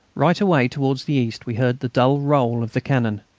right away towards the east we heard the dull roll of the cannon.